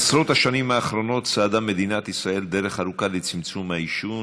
בעשרות השנים האחרונות צעדה מדינת ישראל דרך ארוכה לצמצום העישון.